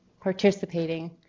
participating